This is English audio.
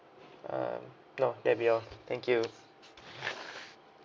um no that'll be all thank you